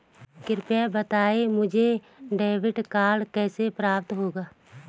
कृपया बताएँ मुझे डेबिट कार्ड कैसे प्राप्त होगा?